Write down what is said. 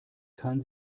kann